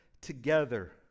together